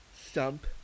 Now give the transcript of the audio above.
stump